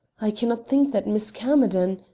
i can not think that miss camerden